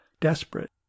desperate